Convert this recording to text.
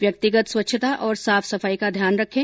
व्यक्तिगत स्वच्छता और साफ सफाई का ध्यान रखें